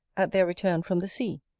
at their return from the sea,